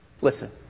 listen